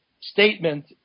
statement